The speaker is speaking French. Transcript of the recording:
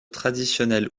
traditionnelle